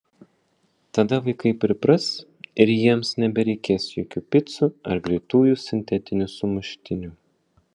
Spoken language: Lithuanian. tada vaikai pripras ir jiems nebereikės jokių picų ar greitųjų sintetinių sumuštinių